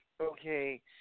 okay